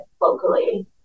locally